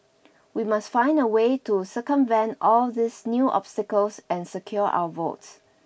we must find a way to circumvent all these new obstacles and secure our votes